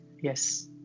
yes